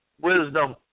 wisdom